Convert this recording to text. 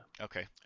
Okay